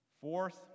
Fourth